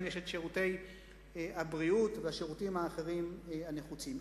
יש שירותי הבריאות והשירותים האחרים הנחוצים.